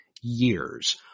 years